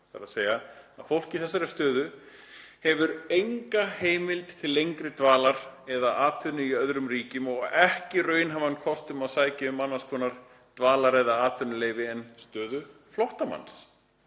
varðar, þ.e. að fólk í þessari stöðu hefur enga heimild til lengri dvalar eða atvinnu í öðrum ríkjum og ekki raunhæfan kost á að sækja um annars konar dvalar- eða atvinnuleyfi en stöðu flóttamanns.